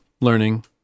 learning